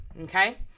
okay